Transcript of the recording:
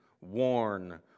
worn